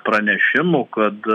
pranešimų kad